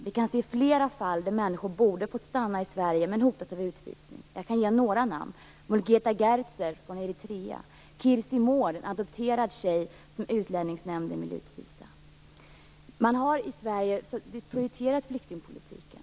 Det har förekommit flera fall där människor borde ha fått stanna i Sverige, men som hotas av utvisning. Jag kan nämna några namn: Mulgeta Gerzghes från Eritrea och den adopterade flickan Kirsy Mård som Utlänningsnämnden vill utvisa. Man har i Sverige prioriterat flyktingpolitiken.